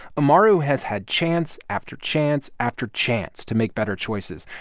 amaru has had chance after chance after chance to make better choices,